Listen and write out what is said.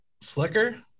slicker